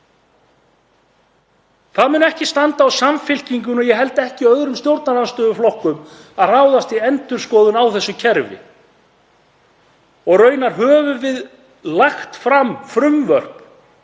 Ekki mun standa á Samfylkingunni, og ég held ekki öðrum stjórnarandstöðuflokkum, að ráðast í endurskoðun á kerfinu. Og raunar höfum við lagt fram frumvörp